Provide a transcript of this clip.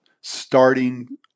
starting